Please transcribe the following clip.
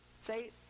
say